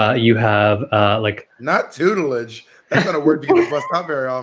ah you have ah like not tutelage that's going to work for us but very um